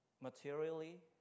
materially